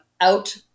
out